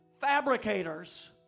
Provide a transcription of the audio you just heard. fabricators